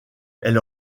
elle